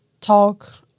talk